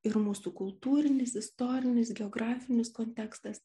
ir mūsų kultūrinis istorinis geografinis kontekstas